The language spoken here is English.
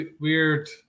weird